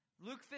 Luke